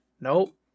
Nope